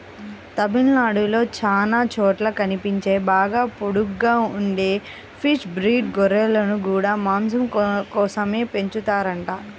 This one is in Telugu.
తమిళనాడులో చానా చోట్ల కనిపించే బాగా పొడుగ్గా ఉండే షీప్ బ్రీడ్ గొర్రెలను గూడా మాసం కోసమే పెంచుతారంట